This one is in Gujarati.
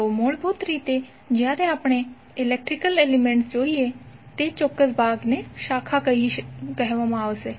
તો મૂળભૂત રીતે જ્યારે આપણે ઇલેક્ટ્રિકલ એલિમેન્ટ્સ જોઇએ તેચોક્કસ ભાગને શાખા કહેવામાં આવે છે